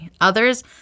Others